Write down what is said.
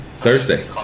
Thursday